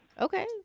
Okay